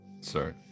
Sorry